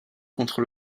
contre